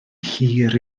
hir